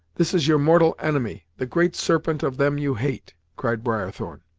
this is your mortal enemy, the great serpent of them you hate! cried briarthorn.